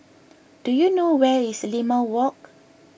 do you know where is Limau Walk